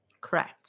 Correct